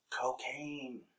Cocaine